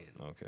Okay